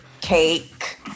cake